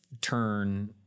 turn